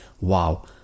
wow